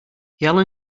yell